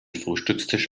frühstückstisch